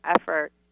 effort